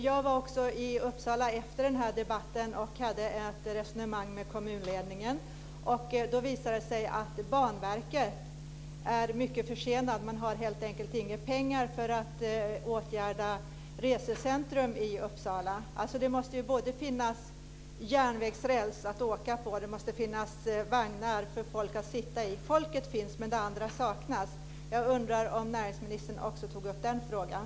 Fru talman! Efter den debatten hade jag ett resonemang med kommunledningen i Uppsala. Det visade sig då att Banverket är mycket försenat och att man helt enkelt inte har några pengar för att åtgärda resecentrum i Uppsala. Det måste ju finnas både järnvägsräls att åka på och vagnar för folk att sitta i. Folket finns, men det andra saknas. Jag undrar om näringsministern också tog upp den frågan.